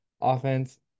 Offense